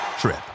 trip